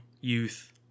youth